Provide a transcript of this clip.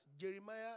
Jeremiah